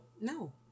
no